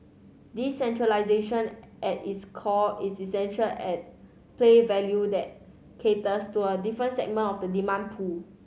decentralisation at its core is essential at play value that caters to a different segment of the demand pool